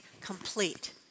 complete